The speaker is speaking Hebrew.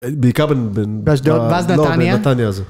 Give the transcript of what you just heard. בעיקר בב באשדוד. ואז בנתניה. לא בנתניה זה